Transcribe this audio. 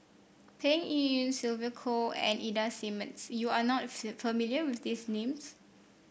Peng Yuyun Sylvia Kho and Ida Simmons you are not familiar with these names